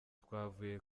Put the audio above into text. twavuye